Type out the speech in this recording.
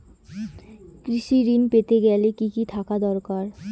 কৃষিঋণ পেতে গেলে কি কি থাকা দরকার?